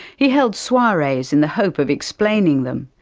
he held soirees in the hope of explaining them.